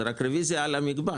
זה רק רביזיה על המקבץ.